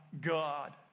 God